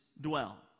dwell